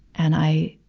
and i,